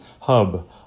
hub